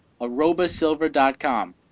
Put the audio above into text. Arobasilver.com